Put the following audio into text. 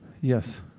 yes